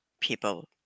people